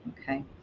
Okay